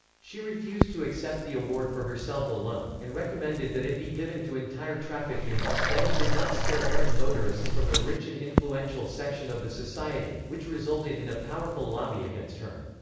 she refused to accept the award for herself alone, and recommended that it be given to entire traffic unit bedi did not spare errant motorists from the rich and influential section of the society, which resulted in a powerful lobby against her.